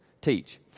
teach